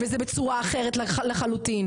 וזה בצורה אחרת לחלוטין.